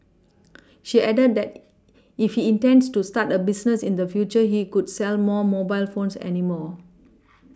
she added that if he intends to start a business in the future he could sell more mobile phones any more